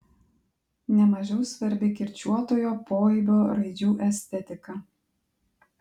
ne mažiau svarbi kirčiuotojo poaibio raidžių estetika